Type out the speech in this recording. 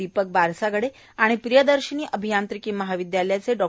दिपक बारसागडे आणि प्रियदर्शिनी अभियांत्रिकी महाविद्यालयाचे डॉ